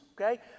okay